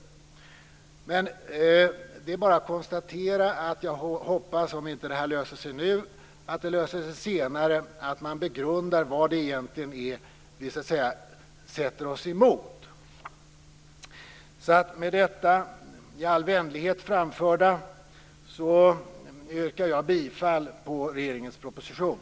Om detta inte löser sig nu hoppas jag att det löser sig senare, att man begrundar vad det egentligen är vi sätter oss emot. Med detta i all vänlighet framförda yrkar jag bifall till regeringens proposition.